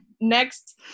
next